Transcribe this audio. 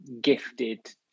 gifted